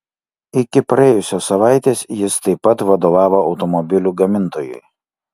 iki praėjusios savaitės jis taip pat vadovavo automobilių gamintojui